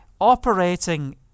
operating